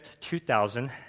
2000